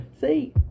See